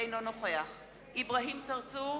אינו נוכח אברהים צרצור,